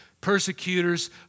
persecutors